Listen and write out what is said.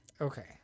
Okay